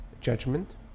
judgment